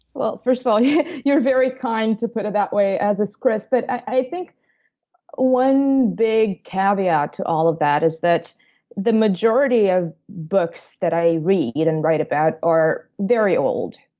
well, first of all, yeah you're very kind to put it that way as is chris. but i think one big caveat to all of that is that the majority of books that i read and write about are very old,